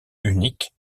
unique